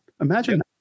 Imagine